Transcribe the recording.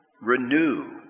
Renew